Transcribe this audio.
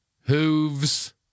Hooves